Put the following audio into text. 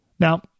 Now